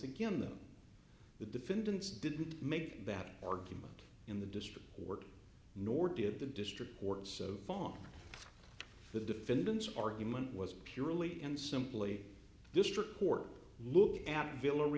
again though the defendants didn't make that argument in the district court nor did the district court so far the defendant's argument was purely and simply district court look a